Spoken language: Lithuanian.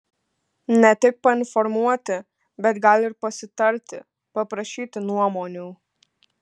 ne tik painformuoti bet gal ir pasitarti paprašyti nuomonių